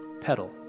pedal